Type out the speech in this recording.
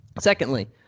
Secondly